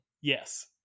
Yes